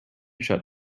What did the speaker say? shut